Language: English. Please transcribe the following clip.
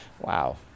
Wow